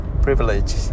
Privilege